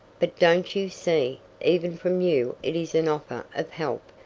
but don't you see even from you it is an offer of help,